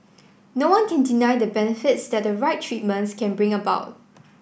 no one can deny the benefits that the right treatments can bring about